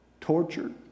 tortured